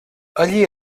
allí